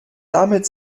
damit